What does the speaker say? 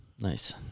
nice